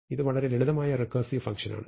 ഇത് വളരെ ലളിതമായ റെക്കേർസിവ് ഫങ്ഷനാണ്